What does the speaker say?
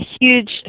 huge